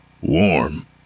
Warm